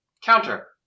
Counter